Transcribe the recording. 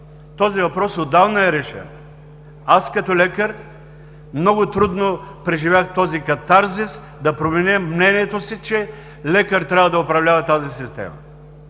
този въпрос отдавна е решен. Аз като лекар много трудно преживях този катарзис да променя мнението си, че лекар трябва да управлява тази система,